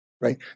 right